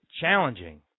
challenging